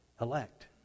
elect